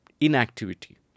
inactivity